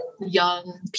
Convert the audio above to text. young